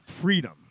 freedom